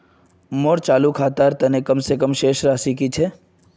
मोर चालू खातार तने कम से कम शेष राशि कि छे?